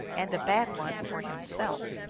and a bad one for himself.